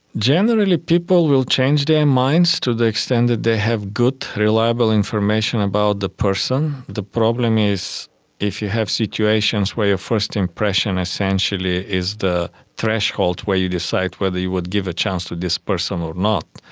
generally people will change their minds to the extent that they have good reliable information about the person. the problem is if you have situations where your first impression essentially is the threshold where you decide whether you would give a chance to this person or not.